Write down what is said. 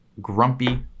grumpy